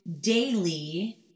daily